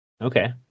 Okay